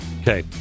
Okay